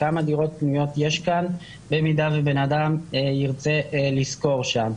כמה דירות פנויות יש כאן במידה ובן אדם ירצה לשכור שם.